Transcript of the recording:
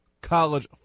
college